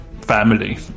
family